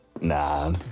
Nah